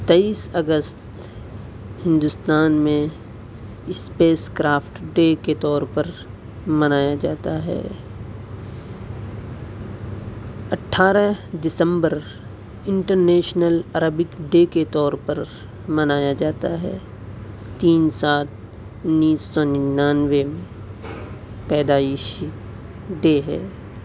تئیس اگست ہندوستان میں اسپیسکرافٹ ڈے کے طور پر منایا جاتا ہے اٹھارہ دسمبر انٹرنیشنل عربک ڈے کے طور پر منایا جاتا ہے تین سات انیس سو ننانوے میں پیدائیشی ڈے ہے